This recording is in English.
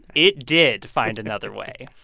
it did find another way.